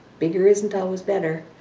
bigger isn't always better,